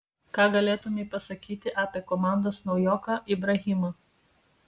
ką galėtumei pasakyti apie komandos naujoką ibrahimą